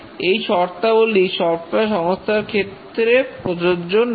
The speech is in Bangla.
এই শর্তাবলী সফটওয়্যার সংস্থার ক্ষেত্রে প্রযোজ্য নয়